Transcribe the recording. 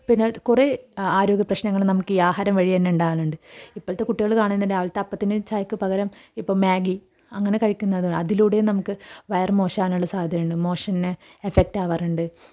പിന്നെ കുറേ ആരോഗ്യപ്രശ്നങ്ങൾ നമുക്ക് ഈ ആഹാരം വഴി തന്നെ ഉണ്ടാകാനുണ്ട് ഇപ്പോഴത്തെ കുട്ടികൾ കാണാം രാവിലത്തെ ചായക്ക് പകരം ഇപ്പം മാഗ്ഗി അങ്ങനെ കഴിക്കുന്നത് അതിലൂടെയും നമുക്ക് വയറു മോശമാകാനുള്ള സാദ്ധ്യതയുണ്ട് മോഷൻ ഇഫക്റ്റ് ആകാറുണ്ട്